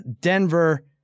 Denver